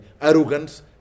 arrogance